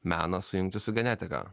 meną sujungti su genetika